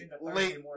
late